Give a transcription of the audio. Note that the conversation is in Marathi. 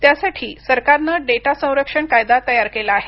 त्यासाठी सरकारनं डेटा संरक्षण कायदा तयार केला आहे